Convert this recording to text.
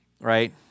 right